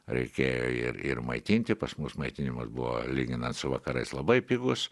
reikėjo ir ir maitinti pas mus maitinimas buvo lyginant su vakarais labai pigus